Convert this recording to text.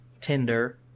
Tinder